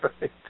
right